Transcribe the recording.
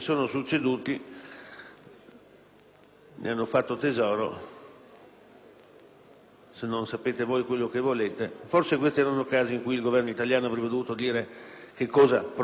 ne hanno fatto tesoro: se non sapete voi quello che volete! Forse questi erano casi in cui il Governo italiano avrebbe dovuto dire che cosa proponeva.